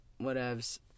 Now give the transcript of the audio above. whatevs